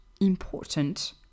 important